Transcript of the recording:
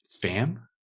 Spam